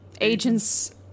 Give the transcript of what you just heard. agents